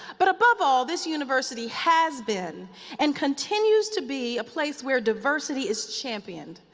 but above all, this university has been and continues to be a place where diversity is championed.